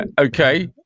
Okay